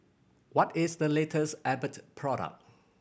what is the latest Abbott product